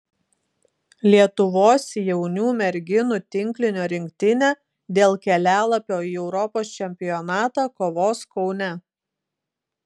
lietuvos jaunių merginų tinklinio rinktinė dėl kelialapio į europos čempionatą kovos kaune